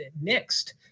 mixed